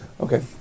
Okay